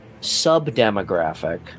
sub-demographic